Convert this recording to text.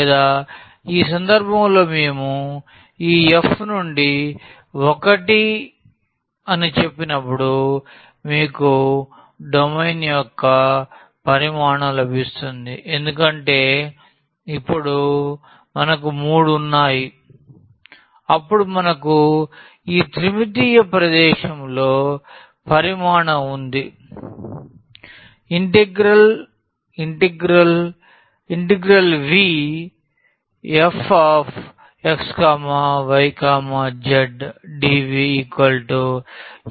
లేదా ఈ సందర్భంలో మేము ఈ f నుండి 1 అని చెప్పినప్పుడు మీకు డొమైన్ యొక్క పరిమాణం లభిస్తుంది ఎందుకంటే ఇప్పుడు మనకు మూడు ఉన్నాయి అప్పుడు మనకు ఈ త్రిమితీయ ప్రదేశంలో పరిమాణం ఉంది